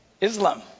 Islam